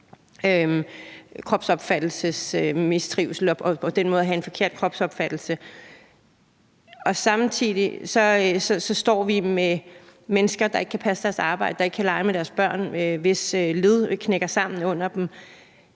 at forebygge mistrivsel og det at have en forkert kropsopfattelse. Samtidig står vi med mennesker, der ikke kan passe deres arbejde, der ikke kan lege med deres børn, mennesker, hvis led knækker sammen under dem.